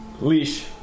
Leash